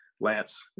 Lance